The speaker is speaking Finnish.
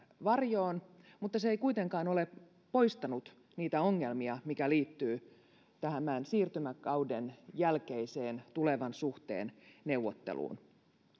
varjoon mutta se ei kuitenkaan ole poistanut niitä ongelmia mitkä liittyvät tämän siirtymäkauden jälkeiseen tulevan suhteen neuvotteluun